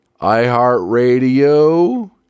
iHeartRadio